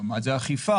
מה זה אכיפה?